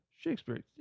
Shakespeare